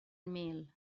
mil